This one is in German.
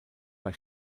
bei